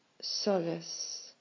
Solace